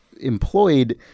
employed